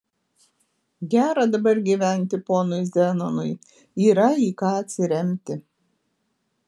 gera dabar gyventi ponui zenonui yra į ką atsiremti